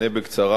אענה בקצרה,